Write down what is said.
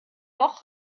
noch